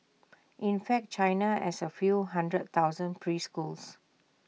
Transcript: in fact China has A few hundred thousand preschools